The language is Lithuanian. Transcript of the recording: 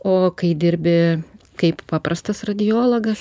o kai dirbi kaip paprastas radiologas